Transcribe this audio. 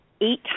eight